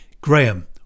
Graham